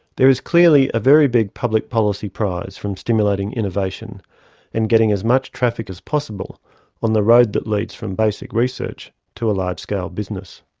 there is clearly a very big public policy prize from stimulating innovation and getting as much traffic as possible on the road that leads from basic research to a large scale business.